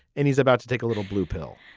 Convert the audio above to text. and he's about to take a little blue pill.